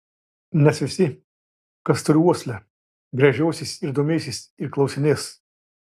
nes visi kas turi uoslę gręžiosis ir domėsis ir klausinės